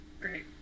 Great